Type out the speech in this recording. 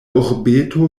urbeto